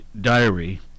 diary